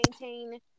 maintain